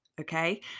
okay